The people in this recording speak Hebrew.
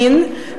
מין,